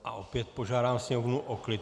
A opět požádám sněmovnu o klid.